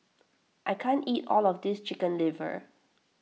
I can't eat all of this Chicken Liver